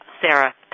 Sarah